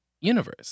universe